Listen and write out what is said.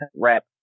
rap